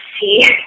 see